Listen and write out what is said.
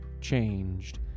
changed